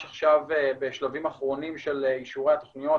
עכשיו בשלבים אחרונים של אישורי התכניות.